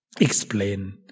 explain